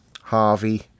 Harvey